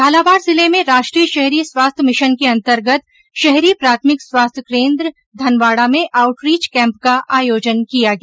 झालावाड़ जिले में राष्ट्रीय शहरी स्वास्थ्य मिशन के अंतर्गत शहरी प्राथमिक स्वास्थ्य केन्द्र धनवाडा में आउटरीच कैम्प का आयोजन किया गया